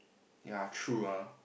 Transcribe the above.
yea true ah